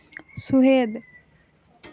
ᱥᱩᱦᱮᱫ